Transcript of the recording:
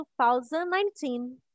2019